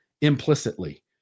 implicitly